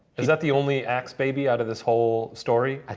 is that the only axe baby, outta this whole story?